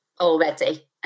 already